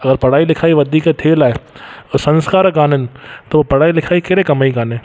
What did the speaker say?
अगरि पढ़ाई लिखाई वधीक थियलु आहे संस्कार कान्हनि त हो पढ़ाई लिखाई कहिड़े कम ई कान्हे